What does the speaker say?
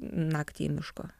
naktį į mišką